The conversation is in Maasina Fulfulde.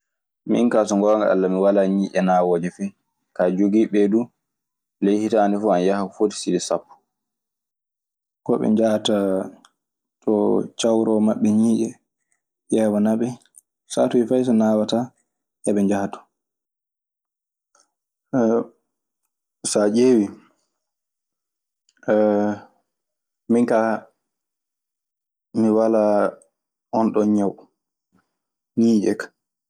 Minka so gonga alla mi wala ŋije nawoje feyi. Ka jogibbe dun ley hitande ana yaha ko foti cille sapo. Ayiwa, so a ƴeewi, min ka mi alaa oɗon ñawu ñiiƴe ka.